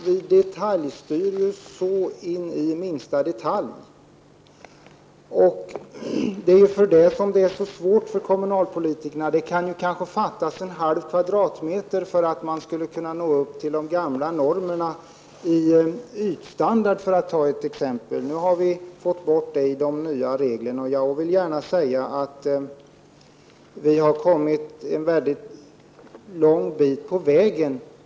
Vi styr ju in i minsta detalj. Det är därför som det är så svårt för kommunalpolitikerna. För att ta ett exempel kunde det ju kanske fattas en halv kvadratmeter för att nå upp till de gamla normerna beträffande ytstandard. Detta har vi genom de nya reglerna nu fått bort. Vi har kommit en bra bit på vägen.